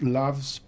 loves